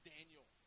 Daniel